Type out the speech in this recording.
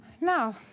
Now